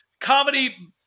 comedy